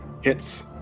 Hits